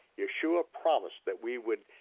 yeshua promised that we would,